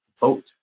vote